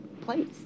place